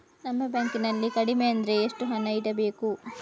ನಮ್ಮ ಬ್ಯಾಂಕ್ ನಲ್ಲಿ ಕಡಿಮೆ ಅಂದ್ರೆ ಎಷ್ಟು ಹಣ ಇಡಬೇಕು?